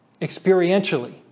experientially